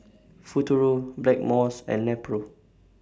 Futuro Blackmores and Nepro